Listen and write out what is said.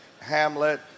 Hamlet